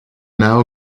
now